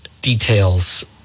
details